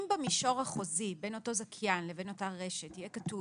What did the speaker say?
אם במישור החוזי בין אותו זכיין לבין אותה רשת יהיה כתוב